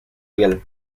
piel